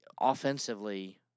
Offensively